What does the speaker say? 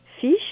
fish